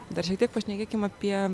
dar šiek tiek pašnekėkim apie